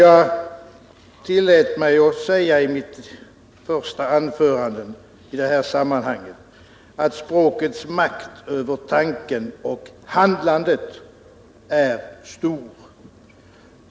Jag tillät mig att säga i mitt första anförande i detta sammanhang att språkets makt över tanken och handlandet är stor.